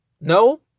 No